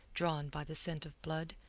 drawn by the scent of blood,